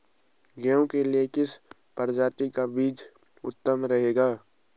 गेहूँ के लिए किस प्रजाति का बीज उत्तम रहेगा?